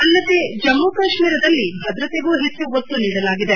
ಅಲ್ಲದೇ ಜಮ್ಮ ಕಾಶ್ಮೀರದಲ್ಲಿ ಭದ್ರತೆಗೂ ಹೆಚ್ಚು ಒತ್ತು ನೀಡಲಾಗಿದೆ